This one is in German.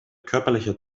körperlicher